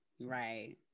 Right